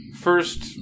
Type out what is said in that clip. first